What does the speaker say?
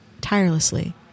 tirelessly